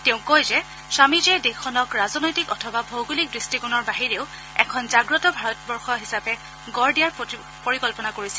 তেওঁ কয় যে স্বামীজীয়ে দেশখনক ৰাজনৈতিক অথবা ভৌগলিক দৃষ্টিকোণৰ বাহিৰেও এখন জাগ্ৰত ভাৰতবৰ্ষ হিচাপে গঢ় দিয়াৰ পৰিকল্পনা কৰিছিল